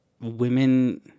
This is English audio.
women